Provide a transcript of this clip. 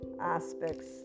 aspects